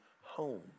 home